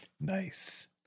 Nice